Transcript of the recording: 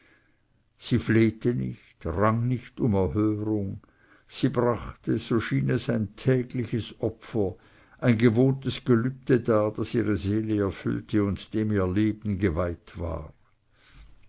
sie flehte nicht rang nicht um erhörung sie brachte so schien es ein tägliches opfer ein gewohntes gelübde dar das ihre seele erfüllte und dem ihr leben geweiht war